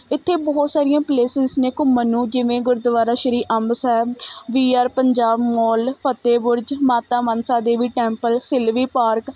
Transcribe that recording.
ਇੱਥੇ ਬਹੁਤ ਸਾਰੀਆਂ ਪਲੇਸਿਸ ਨੇ ਘੁੰਮਣ ਨੂੰ ਜਿਵੇਂ Gurdwara Shri Amb Sahib V R Punjab mall Fatehpur 'ਚ ਮਾਤਾ ਮਨਸਾ ਦੇਵੀ ਟੈਂਪਲ ਸਿਲਵੀ ਪਾਰਕ